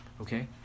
okay